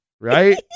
right